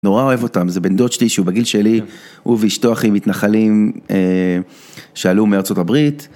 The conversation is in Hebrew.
נורא אוהב אותם, זה בן דוד שלי שהוא בגיל שלי, הוא ואשתו אחי מתנחלים, שעלו מארצות הברית.